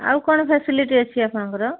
ଆଉ କ'ଣ ଫ୍ୟାସିଲିଟି ଅଛି ଆପଣଙ୍କର